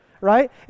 right